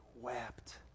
wept